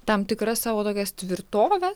tam tikras savo tokias tvirtovę